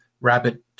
rabbit